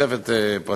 בתוספת פרטים.